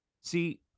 See